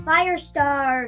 Firestar